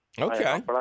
Okay